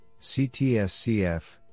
CTSCF